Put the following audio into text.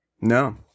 No